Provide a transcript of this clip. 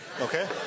Okay